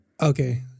okay